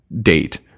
date